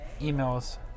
Emails